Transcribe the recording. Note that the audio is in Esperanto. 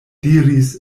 diris